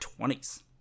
20s